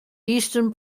eastern